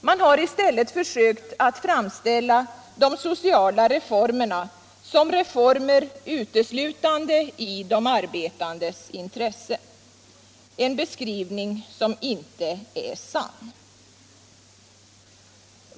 Man har i stället försökt framställa de sociala reformerna som reformer uteslutande i de arbetandes intresse - en beskrivning som inte är sann.